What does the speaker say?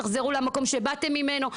תחזרו למקום שבאתם ממנו.